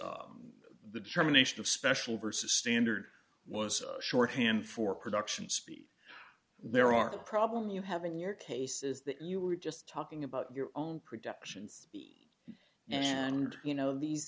the determination of special versus standard was shorthand for production speed there are the problem you have in your case is that you were just talking about your own productions and you know these